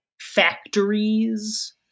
factories